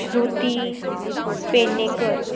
Shruti Pednekar